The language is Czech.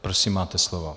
Prosím máte slovo.